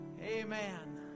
Amen